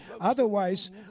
Otherwise